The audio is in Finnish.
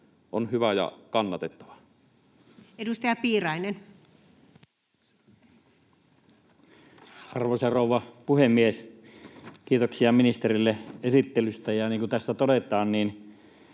on hyvä ja kannatettava. Edustaja Piirainen. Arvoisa rouva puhemies! Kiitoksia ministerille esittelystä. Niin kuin tässä todetaan,